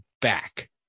back